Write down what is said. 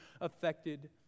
affected